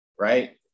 Right